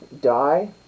die